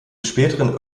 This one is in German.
späteren